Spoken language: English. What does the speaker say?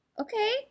Okay